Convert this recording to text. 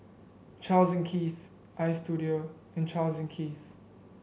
Charles and Keith Istudio and Charles and Keith